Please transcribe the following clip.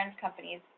companies